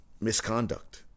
misconduct